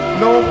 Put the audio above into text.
no